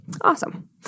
Awesome